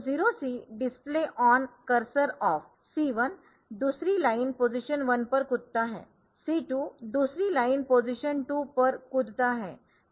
तो 0C display on cursor off C1 दूसरी line position 1 पर कूदता है C2 दूसरी लाइन पोज़िशन 2 पर कूदता है